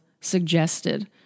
suggested